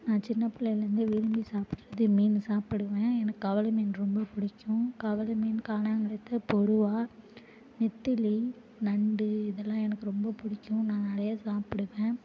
நான் சின்ன பிள்ளைலருந்தே விரும்பி சாப்பிடுறது மீன்னு சாப்பிடுவேன் எனக்கு கவல மீன் ரொம்ப பிடிக்கும் கவல மீன் கானாகெழுத்த பொருவ நெத்திலி நண்டு இதெல்லாம் எனக்கு ரொம்ப பிடிக்கும் நான் நிறையா சாப்பிடுவேன்